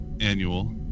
annual